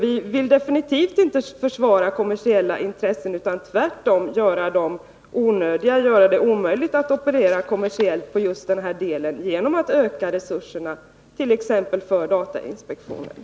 Vi vill alltså absolut inte försvara kommersiella intressen utan tvärtom, genom att utöka resurserna för t.ex. datainspektionen, göra det omöjligt att här operera kommersiellt.